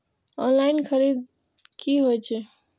Online खरीद की होए छै?